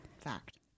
fact